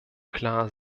klar